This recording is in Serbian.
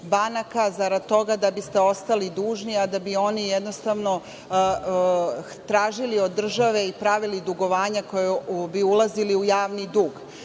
banaka, zarad toga da biste ostali dužni, a da bi oni jednostavno tražili od države i pravili dugovanja koja bi ulazila u javni dug.